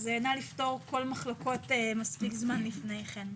אז נא לפתור את המחלוקות מספיק זמן לפני כן.